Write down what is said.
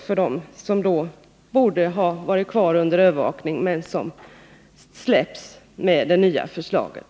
Det gäller dem som borde ha stått kvar under övervakning men som släpps i och med det nya förslaget.